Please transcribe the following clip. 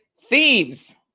thieves